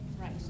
right